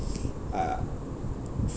uh